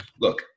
look